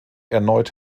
erneut